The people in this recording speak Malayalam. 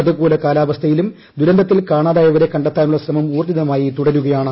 പ്രതികൂല കാലാവസ്ഥയിലും ദുരന്തത്തിൽ കാണാതായവരെ കണ്ടെത്താനുള്ള ശ്രമം ഊർജ്ജിതമായി തുടരുകയാണ്